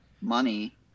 money